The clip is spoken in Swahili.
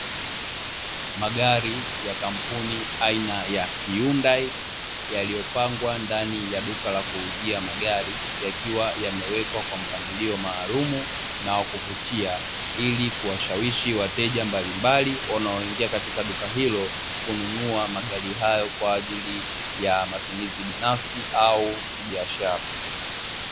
Magari ya kampuni aina ya ''hyundai'' yaliyopangwa ndani ya duka la kuuzia magari. Yakiwa yamewekwa kwa mpangilio maalumu na wa kuvutia ili kuwashawishi wateja mbalimbali wanaoingia katika duka hilo, kununua magari hayo kwa ajili ya matumizi binafsi au kibiashara.